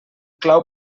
clau